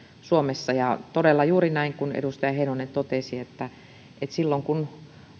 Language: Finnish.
suomessa ja todella juuri näin kuin edustaja heinonen totesi että silloin kun